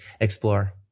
explore